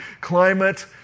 climate